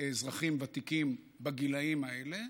אזרחים ותיקים בגילים האלה